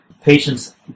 patients